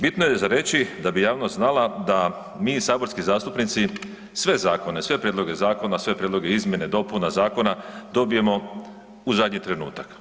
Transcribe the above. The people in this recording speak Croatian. Bitno je za reći da bi javnost znala da bi, saborski zastupnici sve zakone, sve prijedloge zakona, sve prijedloge izmjene, dopuna zakona, dobijemo u zadnji trenutak.